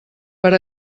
per